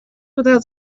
without